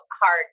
hard